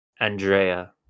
andrea